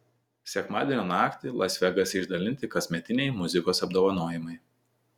sekmadienio naktį las vegase išdalinti kasmetiniai muzikos apdovanojimai